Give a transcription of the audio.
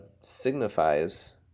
signifies